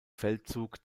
feldzug